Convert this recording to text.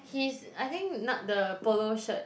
he's I think not the polo shirt